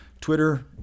Twitter